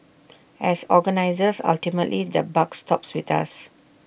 as organisers ultimately the buck stops with us